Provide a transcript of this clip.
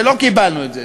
ולא קיבלנו את זה.